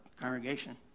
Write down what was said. congregation